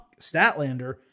Statlander